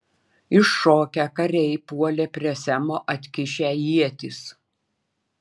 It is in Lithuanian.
iššokę kariai puolė prie semo atkišę ietis